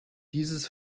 dieses